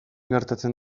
gertatzen